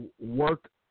work